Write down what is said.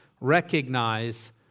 recognize